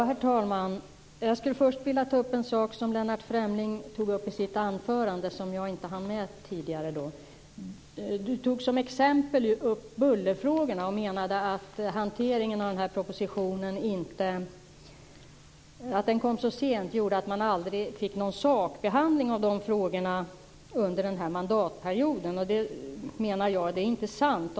Herr talman! Jag vill först ta upp en sak som Lennart Fremling tog upp i sitt anförande, och som jag inte hann med tidigare. Han tog som exempel upp bullerfrågorna, och menade att den försenade hanteringen av propositionen gjorde att man aldrig fick någon sakbehandling av de frågorna under den här mandatperioden. Jag menar att det inte är sant.